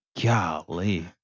golly